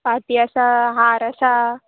फांती आसा हार आसा